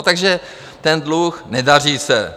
Takže ten dluh nedaří se.